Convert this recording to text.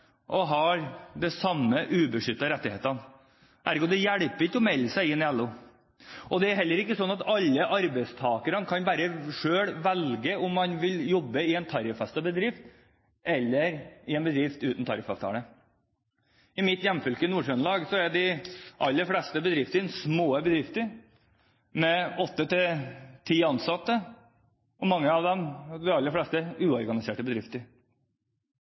og har de samme ubeskyttede rettighetene. Ergo hjelper det ikke å melde seg inn i LO. Det er heller ikke sånn at alle arbeidstakerne selv kan velge om man vil jobbe i en tariffestet bedrift eller i en bedrift uten tariffavtale. I mitt hjemfylke, Nord-Trøndelag, er de aller fleste bedriftene små, med åtte–ti ansatte. De fleste av